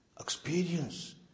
Experience